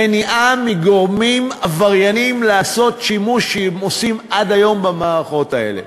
מניעה מגורמים עברייניים לעשות שימוש שהם עושים עד היום במערכות האלה.